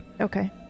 okay